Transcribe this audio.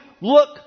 look